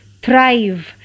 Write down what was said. thrive